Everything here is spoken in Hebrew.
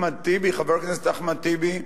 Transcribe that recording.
חבר הכנסת אחמד טיבי,